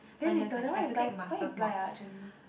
very little then why you ply where you ply ah actually